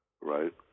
right